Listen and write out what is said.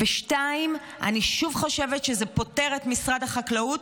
2. אני חושבת שזה פוטר את משרד החקלאות